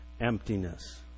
Emptiness